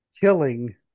killing